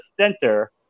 center